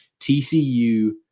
TCU